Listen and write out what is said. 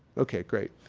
ok, great.